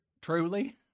Truly